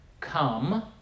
come